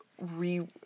re